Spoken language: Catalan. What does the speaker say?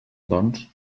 doncs